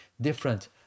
different